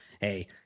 hey